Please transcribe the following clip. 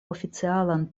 oficialan